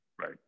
right